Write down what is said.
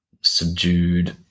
subdued